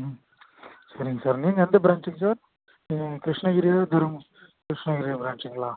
ம் சரிங்க சார் நீங்கள் எந்த பிரான்ச்சுங்க சார் கிருஷ்ணகிரியில் கிருஷ்ணகிரி பிராஞ்ச்சுங்களா